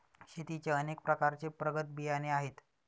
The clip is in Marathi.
शेतीचे अनेक प्रकारचे प्रगत बियाणे आहेत